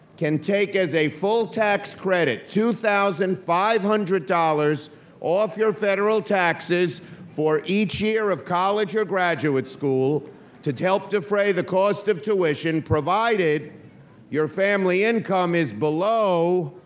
can take, as a full tax credit, two thousand five hundred dollars off your federal taxes for each year of college or graduate school to to help defray the cost of tuition, provided your family income is below,